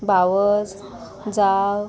भावज जावं